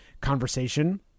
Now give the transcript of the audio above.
conversation